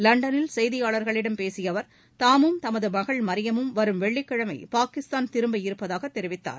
லண்டனில் செய்தியாளர்களிடம் பேசிய அவர் தாமும் தமது மகள் மரியமும் வரும் வெள்ளிக்கிழமை பாகிஸ்தான் திரும்ப இருப்பதாக தெரிவித்தார்